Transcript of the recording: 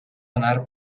anar